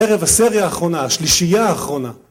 ערב הסריה האחרונה, השלישייה האחרונה